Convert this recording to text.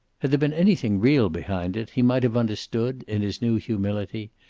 had there been anything real behind it, he might have understood, in his new humility,